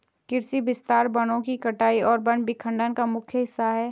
कृषि विस्तार वनों की कटाई और वन विखंडन का मुख्य हिस्सा है